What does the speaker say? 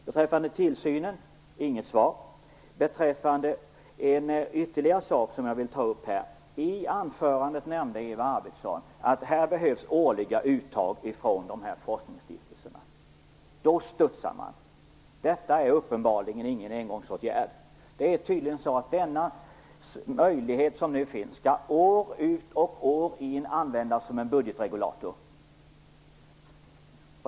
Beträffande frågan om tillsynen fick jag inget svar. Det finns ytterligare en sak jag vill ta upp här. I anförandet nämnde Eva Arvidsson att det behövs årliga uttag från dessa forskningsstiftelser. Då studsade man till. Detta är uppenbarligen ingen engångsåtgärd. Det är tydligen så att den möjlighet som nu finns skall användas som en budgetregulator år ut och år in.